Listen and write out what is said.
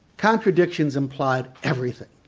contradictions imply everything,